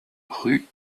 rue